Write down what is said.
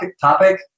topic